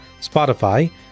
Spotify